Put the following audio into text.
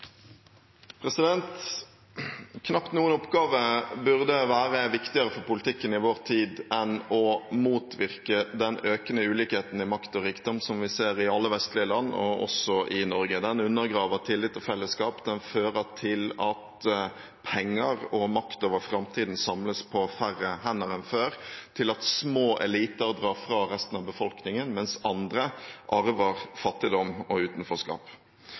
Knapt noen oppgave burde være viktigere for politikken i vår tid enn å motvirke den økende ulikheten i makt og rikdom som vi ser i alle vestlige land, og også i Norge. Den undergraver tillit og fellesskap, den fører til at penger og makt over framtiden samles på færre hender enn før, til at små eliter drar fra resten av befolkningen, mens andre arver fattigdom og utenforskap.